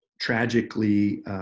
tragically